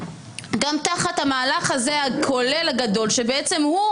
גם תחת המהלך הזה הכולל הגדול שבעצם הוא